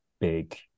big